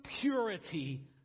purity